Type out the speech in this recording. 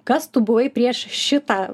kas tu buvai prieš šitą